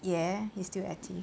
ya it's still active